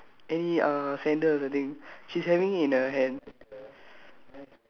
she's not wearing any slippers any uh sandals I think she's having it in her hand